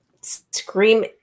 scream